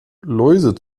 läuse